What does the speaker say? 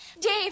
Dave